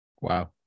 Wow